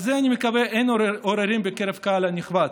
אני מקווה שעל זה אין עוררין בקרב הקהל הנכבד.